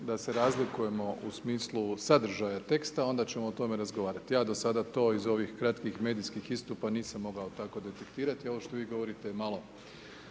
da se razlikujemo u smisli sadržaja teksta, onda ćemo o tome razgovarati. Ja do sada iz ovih kratkih medijskih istupa nisam mogao tako detektirati, ovo što vi govorite je malo,